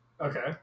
Okay